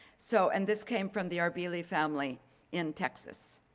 so and this came from the arbeely family in texas.